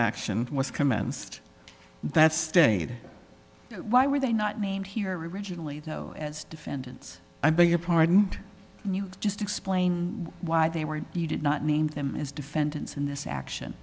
action was commenced that state why were they not named here originally as defendants i beg your pardon and you just explained why they were you did not name them as defendants in this action